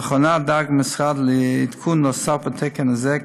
לאחרונה דאג המשרד לעדכון נוסף בתקן זה,